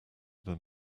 than